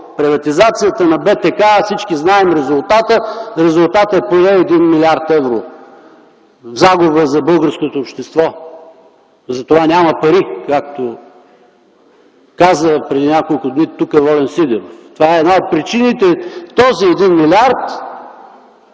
приватизацията на БТК! Всички знаем резултата – резултатът е поне 1 млрд. евро загуба за българското общество! Затова няма пари, както каза преди няколко дни тук Волен Сидеров. Това е една от причините! Този 1 млрд.